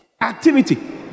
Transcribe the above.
activity